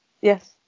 yes